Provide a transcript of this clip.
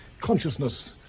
consciousness